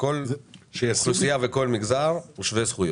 כל אוכלוסייה וכל מגזר הוא שווה זכויות.